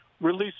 release